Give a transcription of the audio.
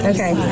Okay